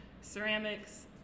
ceramics